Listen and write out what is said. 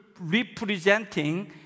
representing